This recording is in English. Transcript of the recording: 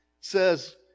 says